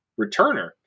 returner